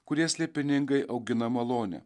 kurie slėpiningai augina malonę